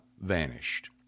vanished